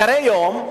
אחרי יום,